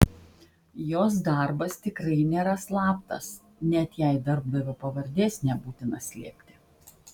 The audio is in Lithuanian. jos darbas tikrai nėra slaptas net jei darbdavio pavardės nebūtina slėpti